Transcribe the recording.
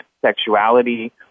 sexuality